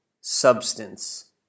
substance